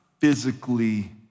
physically